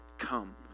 come